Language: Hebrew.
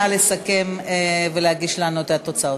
נא לסכם ולהגיש לנו את התוצאות.